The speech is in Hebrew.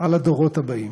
על הדורות הבאים.